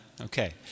Okay